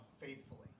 faithfully